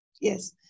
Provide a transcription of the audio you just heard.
yes